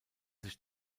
sich